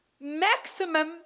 Maximum